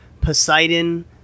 Poseidon